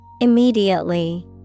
Immediately